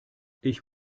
ich